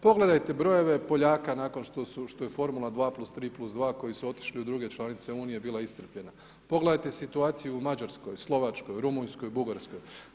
Pogledajte brojeve Poljaka nakon što je formula 2+3+2, koji su otišli u druge članice Unije bila iscrpljena, pogledajte situaciju u Mađarskoj, Slovačkoj, Rumunjskoj, Bugarskoj.